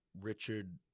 Richard